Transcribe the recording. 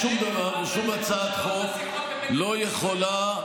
שום דבר ושום הצעת חוק לא יכולה,